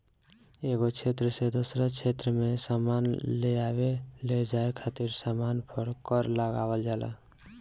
एगो क्षेत्र से दोसरा क्षेत्र में सामान लेआवे लेजाये खातिर सामान पर कर लगावल जाला